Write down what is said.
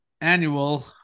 annual